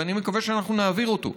ואני מקווה שאנחנו נעביר אותו.